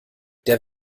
der